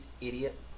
idiot